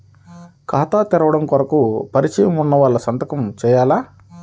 ఖాతా తెరవడం కొరకు పరిచయము వున్నవాళ్లు సంతకము చేయాలా?